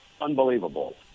Unbelievable